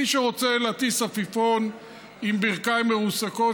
מי שרוצה להטיס עפיפון עם ברכיים מרוסקות,